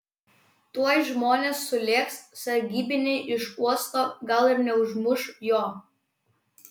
tuoj žmonės sulėks sargybiniai iš uosto gal ir neužmuš jo